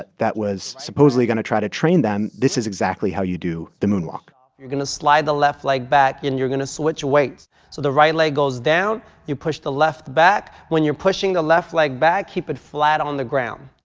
that was supposedly going to try to train them, this is exactly how you do the moonwalk you're going to slide the left leg back, and you're going to switch weights. so the right leg goes down, you push the left back. when you're pushing the left leg, back keep it flat on the ground.